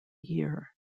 year